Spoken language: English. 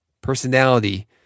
Personality